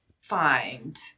find